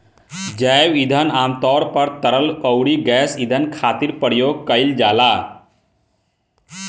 जैव ईंधन आमतौर पर तरल अउरी गैस ईंधन खातिर प्रयोग कईल जाला